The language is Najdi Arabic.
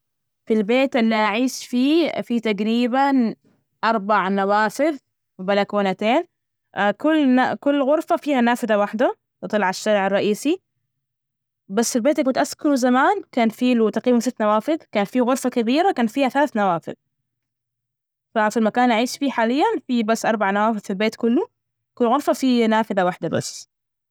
في البيت اللي أعيش فيه، فيه تجريبا أربع نوافذ وبلكونتين، كل- كل غرفة فيها نافذة وحدة تطل على الشارع الرئيسي. بس البيت ال كنت أسكنه زمان، كان في له تقريبا ست نوافذ. كان فيه غرفة كبيرة كان فيها ثلاث نوافذ. ففي المكان أعيش فيه حاليا فيه بس أربع نوافذ في البيت كله، كل غرفة فيه نافذة وحدة بس.